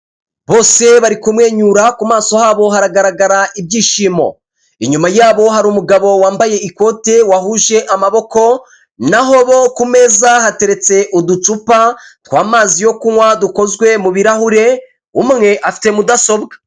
Bose bari kumwenyura ku maso habo haragaragara ibyishimo. Inyuma yabo hari umugabo wambaye ikote wahuje amaboko, naho bo ku meza hateretse uducupa tw'amazi yo kunywa dukozwe mubirahure, umwe afite mudasobwa.